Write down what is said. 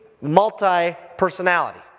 multi-personality